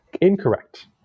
Incorrect